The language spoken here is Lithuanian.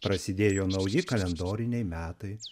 prasidėjo nauji kalendoriniai metai